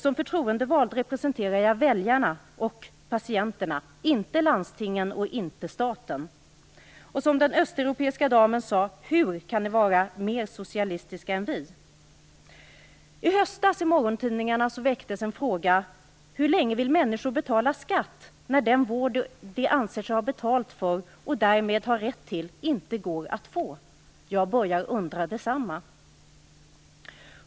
Som förtroendevald representerar jag väljarna och patienterna, inte landstingen eller staten. Den östeuropeiska damen frågade ju: Hur kan ni vara mer socialistiska än vi? I höstas väcktes i morgontidningarna frågan hur länge människor vill betala skatt, när den vård de anser sig ha betalat och därmed ha rätt till inte går att få. Jag börjar undra detsamma.